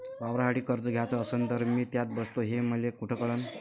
वावरासाठी कर्ज घ्याचं असन तर मी त्यात बसतो हे मले कुठ कळन?